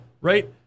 Right